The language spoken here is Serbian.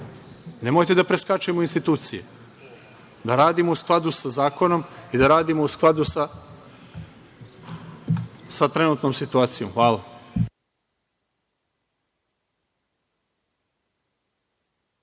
Nemojte da preskačemo institucije, da radimo u skladu sa zakonom i da radimo u skladu sa trenutnom situacijom. Hvala.